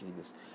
Jesus